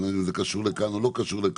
אני לא יודע אם זה קשור לכאן או לא קשור לכאן,